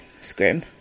scrim